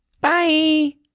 bye